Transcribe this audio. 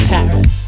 Paris